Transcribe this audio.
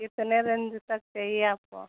कितने रेन्ज तक चाहिए आपको